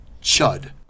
Chud